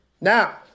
Now